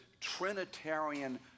Trinitarian